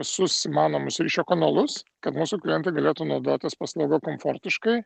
visus įmanomus ryšio kanalus kad mūsų klientai galėtų naudotis paslauga komfortiškai